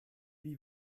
wie